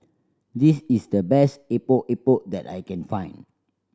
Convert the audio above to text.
this is the best Epok Epok that I can find